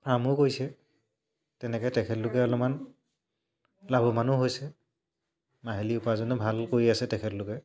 ফাৰ্মো কৰিছে তেনেকৈ তেখেতলোকে অলপমান লাভৱানো হৈছে মাহিলি উপাৰ্জনো ভাল কৰি আছে তেখেতলোকে